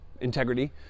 integrity